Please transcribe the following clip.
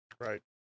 Right